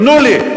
תנו לי,